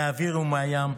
מהאוויר ומהים,